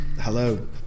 Hello